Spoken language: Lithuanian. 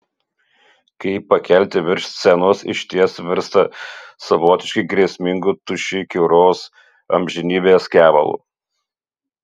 kai pakelti virš scenos išties virsta savotiškai grėsmingu tuščiai kiauros amžinybės kevalu